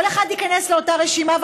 כל אחד ייכנס לאותה רשימה.